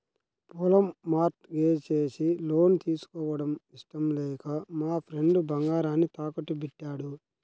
పొలం mortgage చేసి loan తీసుకోవడం ఇష్టం లేక మా ఫ్రెండు బంగారాన్ని తాకట్టుబెట్టాడు